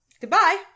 goodbye